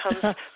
comes